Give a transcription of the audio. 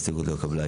ההסתייגות לא התקבלה.